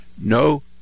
no